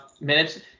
minutes—